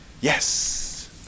Yes